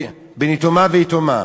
בין יתומה ויתומה.